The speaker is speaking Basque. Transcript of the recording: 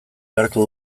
beharko